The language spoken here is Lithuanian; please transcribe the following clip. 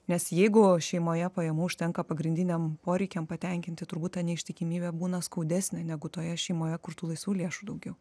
nes jeigu šeimoje pajamų užtenka pagrindiniam poreikiam patenkinti turbūt neištikimybė būna skaudesnė negu toje šeimoje kur tų laisvų lėšų daugiau